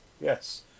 Yes